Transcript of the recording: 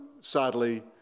sadly